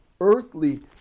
earthly